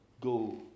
go